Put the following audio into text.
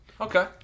Okay